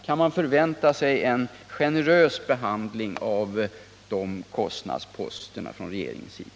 Kan man förvänta sig en generös behandling av de kostnadsposterna från regeringens sida?